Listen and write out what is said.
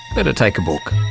and take a book.